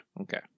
okay